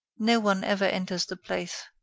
no one ever enters the place.